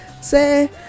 say